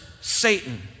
Satan